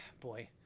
boy